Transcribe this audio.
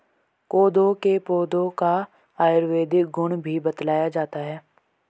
कोदो के पौधे का आयुर्वेदिक गुण भी बतलाया जाता है